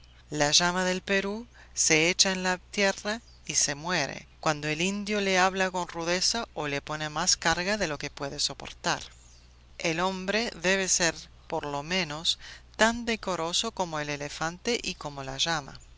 la llama del perú se echa en la tierra y se muere cuando el indio le habla con rudeza o le pone más carga de la que puede soportar el hombre debe ser por lo menos tan decoroso como el elefante y como la llama